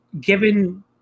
given